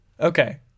Okay